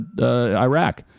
Iraq